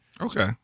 okay